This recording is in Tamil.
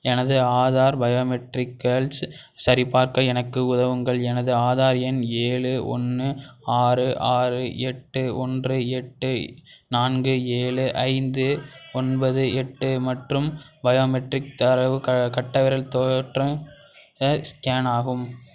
எனது ஆதார் பயோமெட்ரிக்கள்ஸ் சரிபார்க்க எனக்கு உதவுங்கள் எனது ஆதார் எண் ஏழு ஒன்று ஆறு ஆறு எட்டு ஒன்று எட்டு நான்கு ஏழு ஐந்து ஒன்பது எட்டு மற்றும் பயோமெட்ரிக் தரவு க கட்டைவிரல் தோற்ற ஸ்கேன் ஆகும்